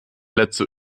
letzte